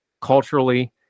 culturally